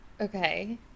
Okay